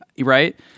right